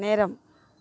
நேரம்